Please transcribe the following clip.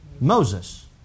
Moses